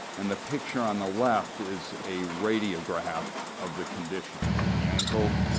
and the picture on the left is a radiograph of the conditions in the ankle,